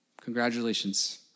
Congratulations